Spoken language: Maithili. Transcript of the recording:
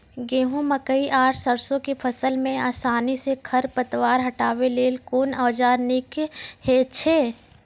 गेहूँ, मकई आर सरसो के फसल मे आसानी सॅ खर पतवार हटावै लेल कून औजार नीक है छै?